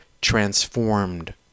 transformed